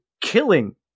killing